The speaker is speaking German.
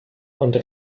und